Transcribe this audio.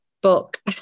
book